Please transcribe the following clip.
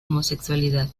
homosexualidad